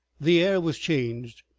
the air was changed,